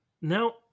Now